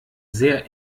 sehr